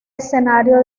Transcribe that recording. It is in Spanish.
escenario